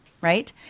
Right